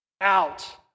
out